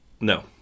No